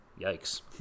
yikes